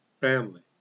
family